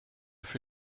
für